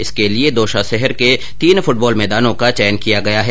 इसके लिये दौसा शहर के तीन फुटबॉल मैदानों का चयन किया गया है